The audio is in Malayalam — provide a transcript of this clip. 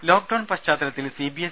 രുമ ലോക്ക്ഡൌൺ പശ്ചാത്തലത്തിൽ സിബിഎസ്